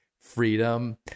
freedom